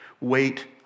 Wait